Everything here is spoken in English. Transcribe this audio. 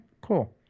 cool